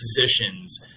positions